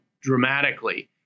dramatically